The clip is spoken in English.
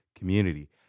community